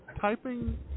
typing